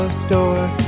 store